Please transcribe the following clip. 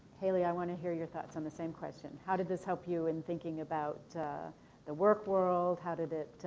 haley, i want to hear your thoughts on the same question. how did this help you in thinking about the work world? how did it